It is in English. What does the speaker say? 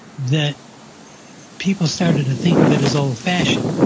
that people started to think of it as old fashioned.